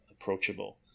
approachable